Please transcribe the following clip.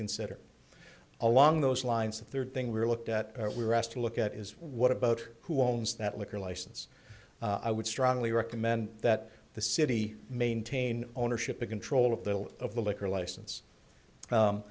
consider along those lines the third thing we looked at what we were asked to look at is what about who owns that liquor license i would strongly recommend that the city maintain ownership and control of the will of the liquor license